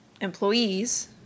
employees